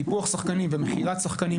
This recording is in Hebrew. טיפוח שחקנים ומכירת שחקנים,